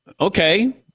Okay